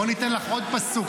בוא ניתן לך עוד פסוק,